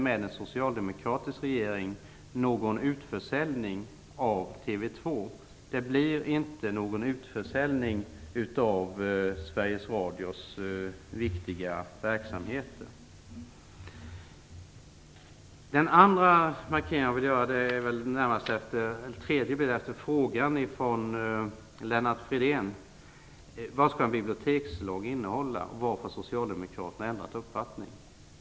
Med en socialdemokratisk regering blir det inte någon utförsäljning av TV 2, och det blir inte någon utförsäljning av Sveriges Radios viktiga verksamheter. Lennart Fridén frågade vad en bibliotekslag skall innehålla och varför socialdemokraterna ändrat uppfattning.